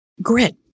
Grit